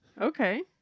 Okay